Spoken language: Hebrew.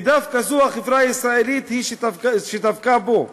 ודווקא החברה הישראלית היא שדבקה בו,